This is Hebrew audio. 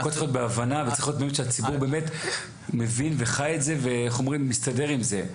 הכול צריך להיות בהבנה וצריך שהציבור באמת מבין וחי את זה ומסתדר עם זה.